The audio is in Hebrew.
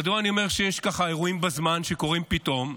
מדוע אני אומר שיש ככה אירועים בזמן שקורים פתאום?